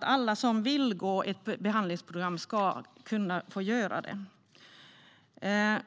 Alla som vill gå på ett behandlingsprogram ska kunna få göra det.